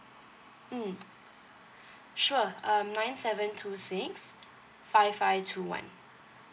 mm sure um nine seven two six five five two one